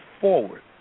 forward